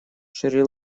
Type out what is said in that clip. шри